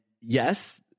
yes